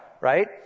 Right